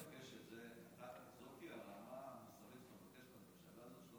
זאת הרמה המוסרית שאתה מבקש מהממשלה הזאת?